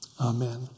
Amen